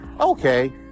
okay